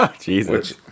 Jesus